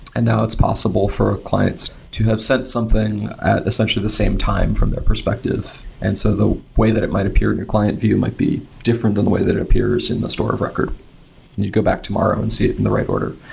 and now it's possible for clients to have sent something at essentially the same time from the perspective. and so the way that it might appear in your client view might be different than the way that it appears in the store of record and you'd go back tomorrow and see it in the right order.